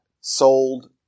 sold